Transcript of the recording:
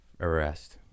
arrest